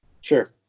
Sure